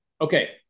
Okay